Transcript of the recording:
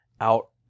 out